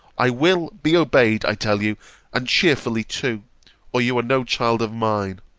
i will be obeyed, i tell you and cheerfully too or you are no child of mine!